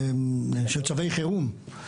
של צווי חירום.